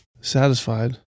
Satisfied